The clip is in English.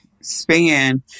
span